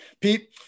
Pete